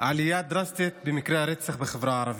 עלייה דרסטית במקרי הרצח בחברה הערבית.